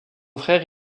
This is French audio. frère